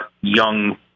young